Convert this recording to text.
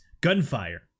Gunfire